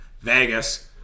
Vegas